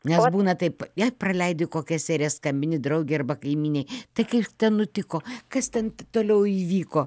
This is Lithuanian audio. nes būna taip jei praleidi kokią seriją skambini draugei arba kaimynei tai kaip ten nutiko kas ten toliau įvyko